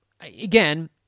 Again